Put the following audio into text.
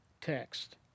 text